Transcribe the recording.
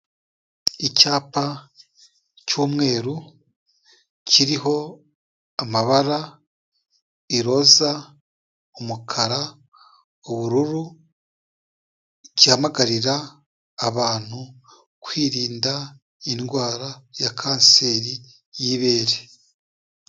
Icyapa cy'umweru kiriho amabara, iroza, umukara, ubururu, gihamagarira abantu kwirinda indwara ya kanseri y'ibere.